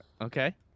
Okay